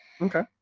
Okay